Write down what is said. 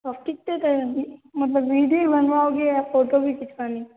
आप कितने तरह के मतलब वीडियो बनवाओगे या फ़ोटो भी खिंचवानी है